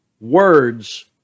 words